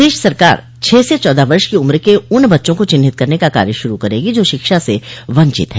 प्रदेश सरकार छह से चौदह वर्ष की उम्र के उन बच्चों को चिन्हित करने का कार्य शुरू करेगी जो शिक्षा से वंचित है